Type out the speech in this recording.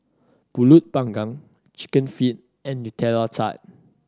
Pulut Panggang Chicken Feet and Nutella Tart